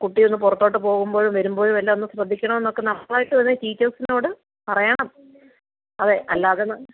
കുട്ടിയൊന്ന് പുറത്തോട്ട് പോകുമ്പോഴും വരുമ്പോഴും എല്ലാം ഒന്ന് ശ്രദ്ധിക്കണമെന്നൊക്കെ നമ്മളായിട്ട് തന്നെ ടീച്ചേഴ്സിനോട് പറയണം അതെ അല്ലാതെ ന